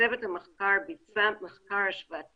צוות המחקר ביצע מחקר השוואתי